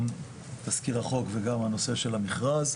גם תסקיר החוק וגם הנושא של המכרז.